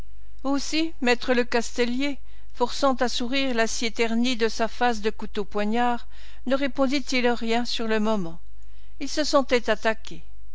aussi me lecastelier forçant à sourire l'acier terni de sa face de couteau poignard ne répondit-il rien sur le moment il se sentait attaqué